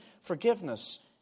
forgiveness